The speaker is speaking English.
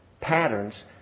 patterns